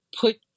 put